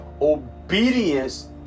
obedience